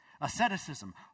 Asceticism